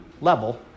level